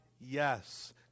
yes